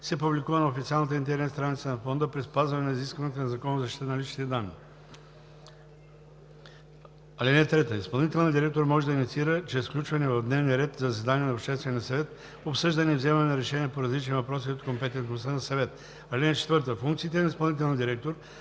се публикува на официалната интернет страница на фонда при спазване на изискванията на Закона за защита на личните данни. (3) Изпълнителният директор може да инициира чрез включване в дневния ред за заседание на Обществения съвет обсъждане и вземане на решения по различни въпроси от компетентността на съвета. (4) Функциите на изпълнителния директор